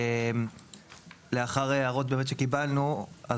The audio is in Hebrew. לאחר הערות שקיבלנו באמת,